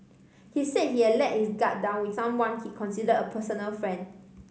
he said he had let his guard down with someone he considered a personal friend